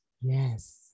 Yes